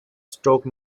stoke